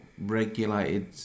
regulated